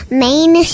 main